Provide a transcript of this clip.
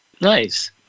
Nice